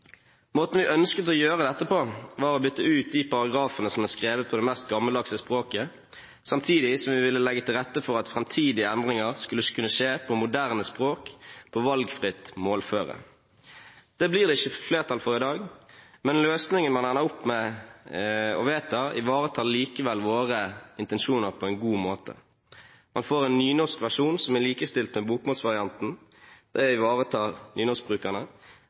Måten vi ønsket å gjøre dette på, var å bytte ut de paragrafene som var skrevet på det mest gammeldagse språket, samtidig som vi ville legge til rette for at framtidige endringer skulle kunne skje på moderne språk og valgfritt målform. Det blir det ikke flertall for i dag. Løsningen man ender opp med – og vedtar – ivaretar likevel våre intensjoner på en god måte. Man får en nynorskversjon som er likestilt med bokmålsvarianten. Det ivaretar